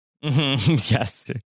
Yes